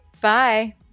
Bye